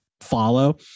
follow